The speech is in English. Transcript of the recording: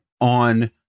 on